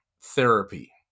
therapy